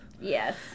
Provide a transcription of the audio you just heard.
Yes